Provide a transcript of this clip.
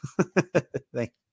Thank